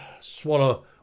Swallow